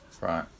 Right